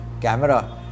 camera